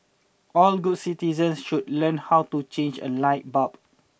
all good citizens should learn how to change a light bulb